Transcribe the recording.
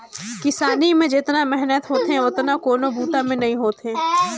किसानी में जेतना मेहनत होथे ओतना कोनों बूता में नई होवे